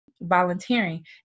volunteering